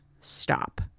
stop